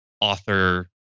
Author